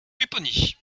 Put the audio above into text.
pupponi